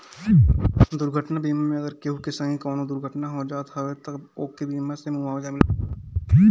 दुर्घटना बीमा मे अगर केहू के संगे कवनो दुर्घटना हो जात हवे तअ ओके बीमा से मुआवजा मिलत बाटे